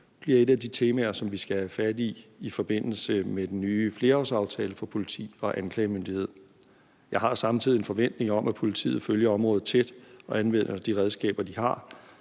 bliver et af de temaer, som vi skal have fat i i forbindelse med den nye flerårsaftale for politi og anklagemyndighed. Jeg har samtidig en forventning om, at politiet følger området tæt og anvender de områder, de har,